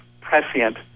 prescient